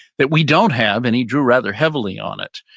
that we don't have any drew rather heavily on it.